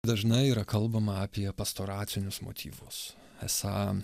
dažnai yra kalbama apie pastoracinius motyvus esą